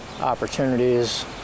opportunities